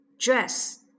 dress